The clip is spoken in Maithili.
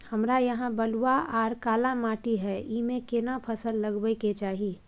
हमरा यहाँ बलूआ आर काला माटी हय ईमे केना फसल लगबै के चाही?